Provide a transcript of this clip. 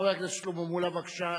חבר הכנסת שלמה מולה, בבקשה.